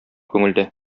күңелдә